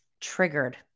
triggered